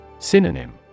Synonym